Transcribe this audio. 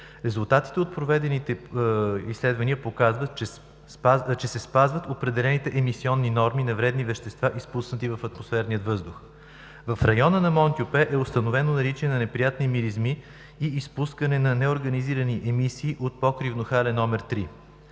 Резултатите от проведените изследвания показват, че се спазват определените емисионни норми за вредни вещества, изпускани в атмосферния въздух. В района на „Монтюпе” е установено наличие на неприятни миризми и изпускане на неорганизирани емисии от покрива на хале № 3.